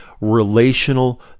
relational